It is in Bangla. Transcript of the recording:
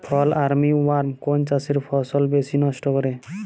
ফল আর্মি ওয়ার্ম কোন চাষের ফসল বেশি নষ্ট করে?